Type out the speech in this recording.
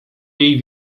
jej